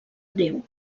déu